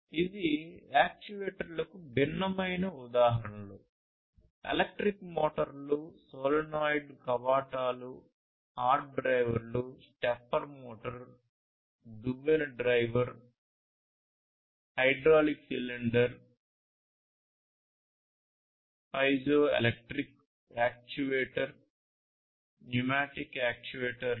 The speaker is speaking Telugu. ఇవి యాక్చుయేటర్లకు భిన్నమైన ఉదాహరణలు ఎలక్ట్రిక్ మోటార్లు సోలేనోయిడ్ కవాటాలు హార్డ్ డ్రైవ్లు స్టెప్పర్ మోటార్ దువ్వెన drive hydraulic cylinder piezoelectric actuator pneumatic యాక్యుయేటర్లు